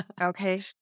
Okay